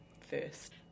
first